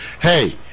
Hey